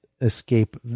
escape